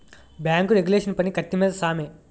bank regulation పని కత్తి మీద సామే